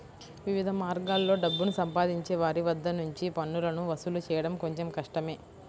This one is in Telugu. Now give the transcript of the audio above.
వివిధ మార్గాల్లో డబ్బుని సంపాదించే వారి వద్ద నుంచి పన్నులను వసూలు చేయడం కొంచెం కష్టమే